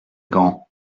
grand